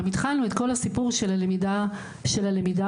התחלנו את כל הסיפור של הלמידה מרחוק.